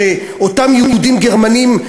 כשאותם יהודים גרמנים,